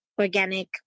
organic